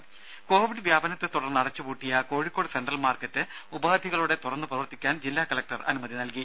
ദേദ കോവിഡ് വ്യാപനത്തെ തുടർന്ന് അടച്ചു പൂട്ടിയ കോഴിക്കോട് സെൻട്രൽ മാർക്കറ്റ് ഉപാധികളോടെ തുറന്ന് പ്രവർത്തിക്കാൻ ജില്ലാ കലക്ടർ അനുമതി നൽകി